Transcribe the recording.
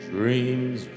Dreams